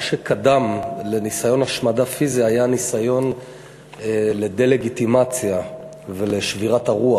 מה שקדם לניסיון השמדה פיזית היה ניסיון לדה-לגיטימציה ולשבירת הרוח.